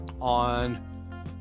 on